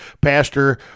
Pastor